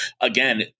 again